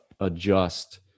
Adjust